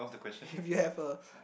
if you have a